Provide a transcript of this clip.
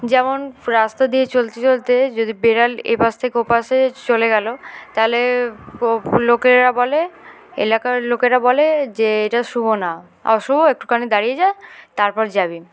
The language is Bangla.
যেমন রাস্তা দিয়ে চলতে চলতে যদি বড়াল এ পাশ থেকে ওপশে চলে গেল তাহলে লোকেরা বলে এলাকার লোকেরা বলে যে এটা শুভ না অশুভ একটুখানি দাঁড়িয়ে যা তারপর যাবি